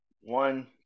one